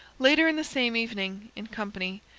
later in the same evening, in company,